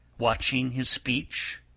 watching his speech,